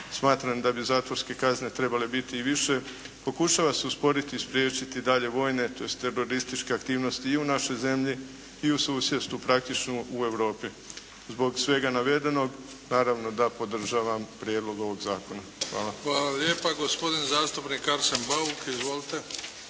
smatram da bi zatvorske kazne trebale biti i više, pokušava se osporiti i spriječiti daljnje vojne, tj. terorističke aktivnosti i u našoj zemlji i u susjedstvu, praktično u Europi. Zbog svega navedenog, naravno da podržavam Prijedlog ovog zakona. Hvala. **Bebić, Luka (HDZ)** Hvala lijepa. Gospodin zastupnik Arsen Bauk. Izvolite